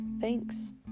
Thanks